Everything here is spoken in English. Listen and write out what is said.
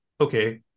okay